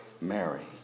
Mary